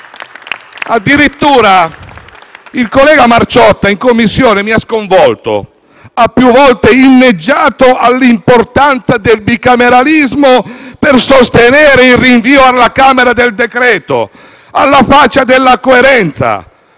Addirittura, il collega Margiotta in Commissione mi ha sconvolto: ha più volte inneggiato all'importanza del bicameralismo per sostenere il rinvio del decreto-legge alla Camera; alla faccia della coerenza!